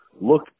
look